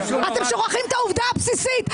אתם שוכחים את העובדה הבסיסית,